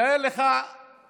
תאר לך חייל